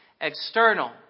external